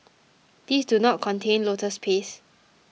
these do not contain lotus paste